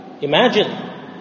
Imagine